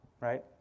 right